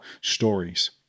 stories